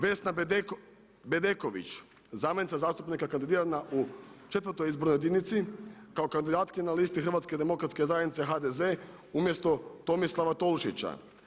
Vesna Bedeković zamjenica zastupnika kandidirana u četvrtoj izbornoj jedinici kao kandidatkinja na listi Hrvatske demokratske zajednice HDZ umjesto Tomislava Tolušića.